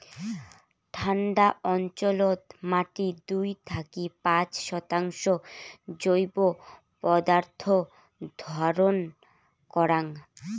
ঠান্ডা অঞ্চলত মাটি দুই থাকি পাঁচ শতাংশ জৈব পদার্থ ধারণ করাং